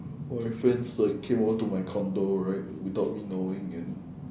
all my friends like came over to my condo right without me knowing and